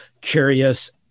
curious